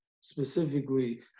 specifically